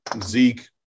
Zeke